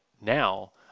now